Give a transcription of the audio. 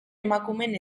emakumeen